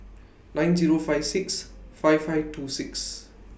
nine Zero five six five five two six